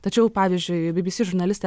tačiau pavyzdžiui bbc žurnalistė